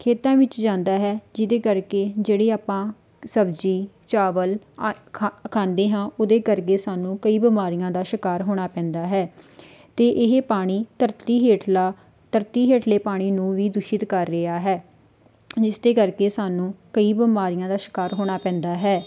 ਖੇਤਾਂ ਵਿੱਚ ਜਾਂਦਾ ਹੈ ਜਿਹਦੇ ਕਰਕੇ ਜਿਹੜੇ ਆਪਾਂ ਸਬਜ਼ੀ ਚਾਵਲ ਆ ਖਾਂ ਖਾਂਦੇ ਹਾਂ ਉਹਦੇ ਕਰਕੇ ਸਾਨੂੰ ਕਈ ਬਿਮਾਰੀਆਂ ਦਾ ਸ਼ਿਕਾਰ ਹੋਣਾ ਪੈਂਦਾ ਹੈ ਅਤੇ ਇਹ ਪਾਣੀ ਧਰਤੀ ਹੇਠਲਾ ਧਰਤੀ ਹੇਠਲੇ ਪਾਣੀ ਨੂੰ ਵੀ ਦੂਸ਼ਿਤ ਕਰ ਰਿਹਾ ਹੈ ਜਿਸ ਦੇ ਕਰਕੇ ਸਾਨੂੰ ਕਈ ਬਿਮਾਰੀਆਂ ਦਾ ਸ਼ਿਕਾਰ ਹੋਣਾ ਪੈਂਦਾ ਹੈ